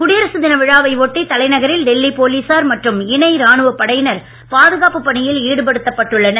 குடியரசு தின விழாவை ஒட்டி தலைநகரில் டெல்லி போலீசார் மற்றும் இணை ராணுவ படையினர் பாதுகாப்பு பணியில் ஈடுபடுத்தப்பட்டுள்ளனர்